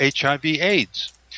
HIV-AIDS